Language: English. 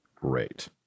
Great